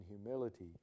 humility